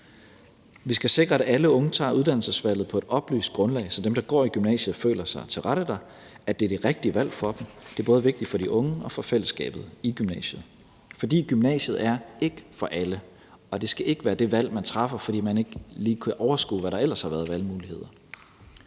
Vi skal sikre, at alle unge tager uddannelsesvalget på et oplyst grundlag, så dem, der går i gymnasiet, føler sig tilrette der, og at det er det rigtige valg for dem. Det er både vigtigt for de unge og for fællesskabet i gymnasiet. For gymnasiet er ikke for alle, og det skal ikke være det valg, man træffer, fordi man ikke lige kan overskue, hvad der ellers er af valgmuligheder.